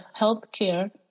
healthcare